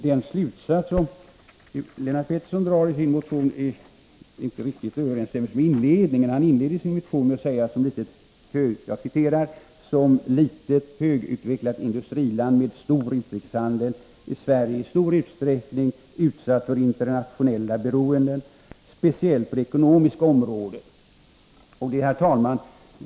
Den slutsats som Lennart Pettersson m.fl. drar i motion 1982/83:429 är inte riktigt överensstämmande med inledningen. Det sägs där: ”Som litet högutvecklat industriland med stor utrikeshandel är Sverige i stor utsträckning utsatt för internationella beroenden, speciellt på det ekonomiska området.” Herr talman!